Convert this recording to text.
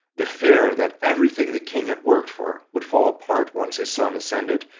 the fear that everything the king had worked for would fall apart once his son ascended,